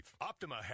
Optima